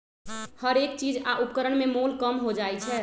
हरेक चीज आ उपकरण में मोल कम हो जाइ छै